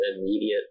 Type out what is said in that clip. immediate